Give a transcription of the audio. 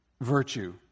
virtue